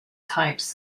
types